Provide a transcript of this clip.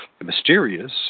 mysterious